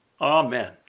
Amen